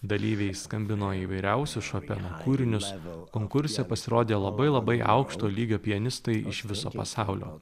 dalyviai skambino įvairiausius šopeno kūrinius konkurse pasirodė labai labai aukšto lygio pianistai iš viso pasaulio